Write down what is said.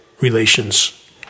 relations